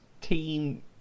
team